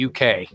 UK